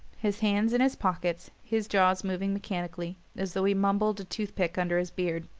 his hands in his pockets, his jaws moving mechanically, as though he mumbled a tooth-pick under his beard.